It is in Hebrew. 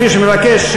כפי שמבקש,